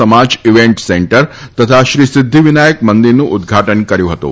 સમાજ event centre તથા શ્રી સિદ્ધિ વિનાયક મંદિરનું ઉદ્ઘાટન કર્યું હતું